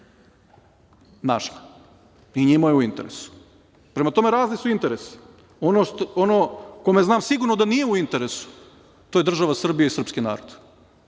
našle. I njima je u interesu. Prema tome, razni su interesi. Onaj kome znam sigurno da nije u interesu je država Srbija i srpski narod.